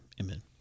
Amen